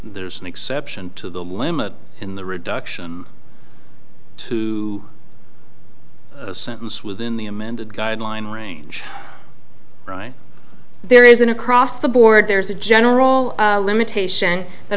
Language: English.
there's an exception to the limit in the reduction to sentence within the amended guideline range right there is an across the board there's a general limitation that